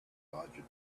longitude